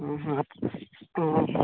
ହଁ ହଁ ହଁ